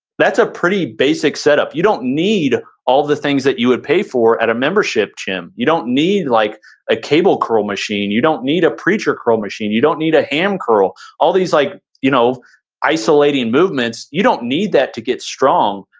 that's a pretty basic setup. you don't need all the things that you would pay for at a membership gym. you don't need like a cable curl machine. you don't need a preacher curl machine. you don't need a ham curl all these like you know isolating movements, you don't need that to get strong.